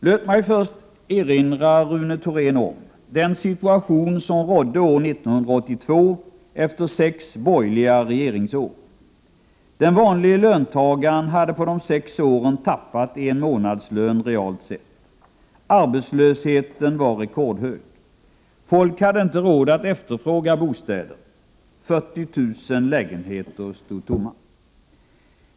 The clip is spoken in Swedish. Låt mig först erinra Rune Thorén om den situation som rådde år 1982 efter sex borgerliga regeringsår. Den vanlige löntagaren hade på de sex åren tappat en månadslön realt sett. Arbetslösheten var rekordhög. Folk hade inte råd att efterfråga bostäder. 40 000 lägenheter stod tomma.